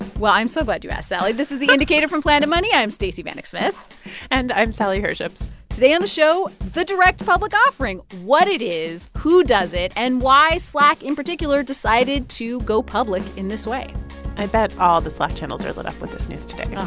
well, i'm so glad you asked, sally. this is the indicator from planet money. i'm stacey vanek smith and i'm sally herships today on the show, the direct public offering what it is, who does it and why slack in particular decided to go public in this way i bet all the slack channels are lit up with this news today oh,